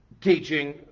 teaching